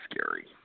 scary